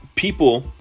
people